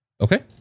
Okay